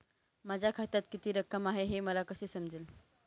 माझ्या खात्यात किती रक्कम आहे हे कसे समजेल?